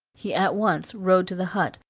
he at once rode to the hut,